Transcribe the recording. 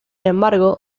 embargo